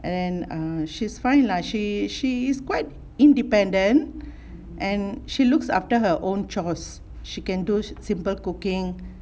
and then err she's fine lah she she is quite independent and she looks after her own chores she can do simple cooking